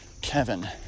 Kevin